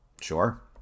sure